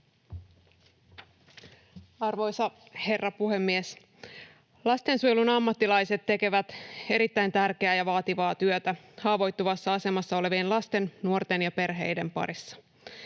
Arvoisa herra puhemies! Lastensuojelun ammattilaiset tekevät erittäin tärkeää ja vaativaa työtä haavoittuvassa asemassa olevien lasten, nuorten ja perheiden parissa.